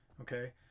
Okay